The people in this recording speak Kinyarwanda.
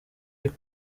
muri